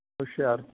ਹੁਸ਼ਿਆਰ